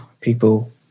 people